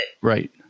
Right